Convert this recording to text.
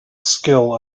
skill